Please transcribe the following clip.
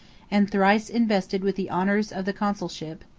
and thrice invested with the honors of the consulship,